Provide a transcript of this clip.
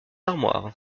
armoire